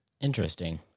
Interesting